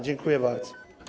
Dziękuję bardzo.